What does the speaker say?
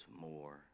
more